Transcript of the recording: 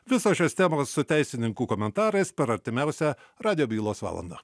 visos šios temos su teisininkų komentarais per artimiausią radijo bylos valandą